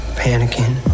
panicking